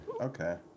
Okay